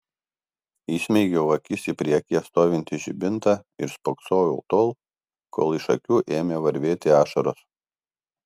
įsmeigiau akis į priekyje stovintį žibintą ir spoksojau tol kol iš akių ėmė varvėti ašaros